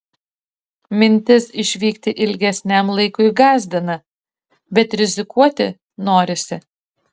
mintis išvykti ilgesniam laikui gąsdina bet rizikuoti norisi